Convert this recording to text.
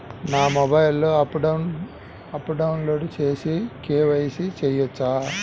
నా మొబైల్లో ఆప్ను డౌన్లోడ్ చేసి కే.వై.సి చేయచ్చా?